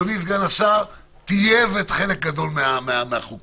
אדוני סגן השר, טייב חלק גדול מהתקנות,